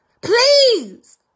Please